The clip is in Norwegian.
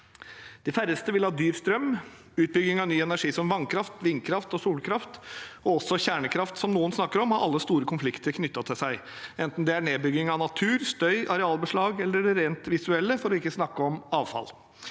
De færreste vil ha dyr strøm. Utbygging av ny energi, som vannkraft, vindkraft og solkraft, og også kjernekraft, som noen snakker om, har alle store konflikter knyttet til seg, enten det er nedbygging av natur, støy, arealbeslag eller det rent visuelle, for ikke å snakke om avfall.